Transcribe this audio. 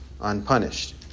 unpunished